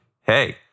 hey